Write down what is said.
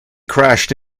crashed